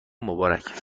مبارک